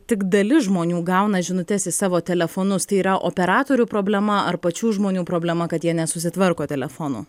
tik dalis žmonių gauna žinutes į savo telefonus tai yra operatorių problema ar pačių žmonių problema kad jie nesusitvarko telefonų